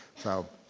so,